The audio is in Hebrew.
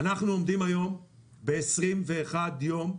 אנחנו עומדים היום ב-21 יום,